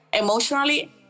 emotionally